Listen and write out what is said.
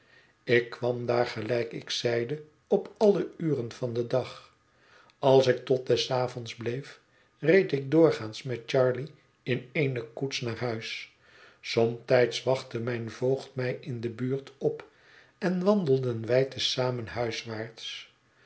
ik kwam daar gelijk ik zeide op alle uren van den dag als ik tot des avonds bleef reed ik doorgaans met charley in eene koets naar huis somtijds wachtte mijn voogd mij in de buurt op en wandelden wij te zamen huiswaarts